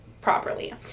properly